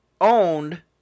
owned